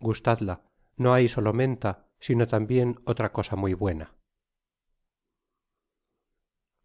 gustadla no hay solo menta sino tambien otra cosa muy buena